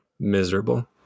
miserable